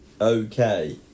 okay